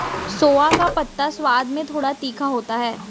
सोआ का पत्ता स्वाद में थोड़ा तीखा होता है